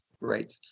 Right